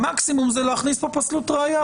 המקסימום זה להכניס פה פסלות ראיה,